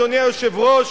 אדוני היושב-ראש,